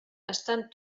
estan